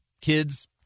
kids